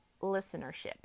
listenership